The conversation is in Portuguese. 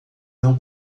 não